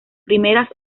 primeras